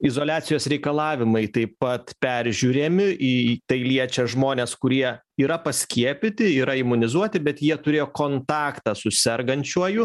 izoliacijos reikalavimai taip pat peržiūrimi į tai liečia žmones kurie yra paskiepyti yra imunizuoti bet jie turėjo kontaktą su sergančiuoju